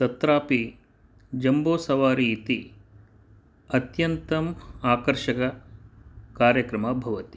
तत्रापि जम्बूसवारी इति अत्यन्तम् आकर्षककार्यक्रमः भवति